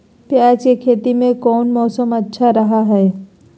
प्याज के खेती में कौन मौसम अच्छा रहा हय?